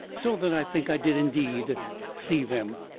so that i think i did indeed see them.